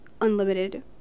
unlimited